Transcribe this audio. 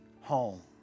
home